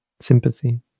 sympathy